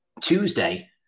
Tuesday